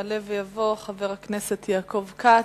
יעלה ויבוא חבר הכנסת יעקב כץ,